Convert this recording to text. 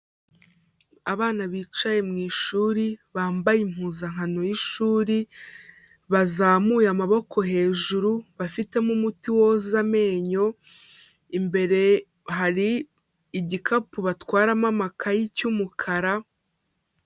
Abana bicaye mu ishuri, bambaye impuzankano y'ishuri, bazamuye amaboko hejuru, bafitemo umuti woza amenyo, imbere hari igikapu batwaramo amakayi cy'umukara.